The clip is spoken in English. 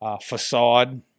Facade